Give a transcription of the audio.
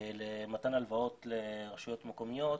למתן הלוואות לרשויות מקומיות